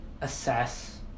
assess